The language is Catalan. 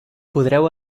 podreu